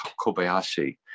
Kobayashi